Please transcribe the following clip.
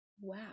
wow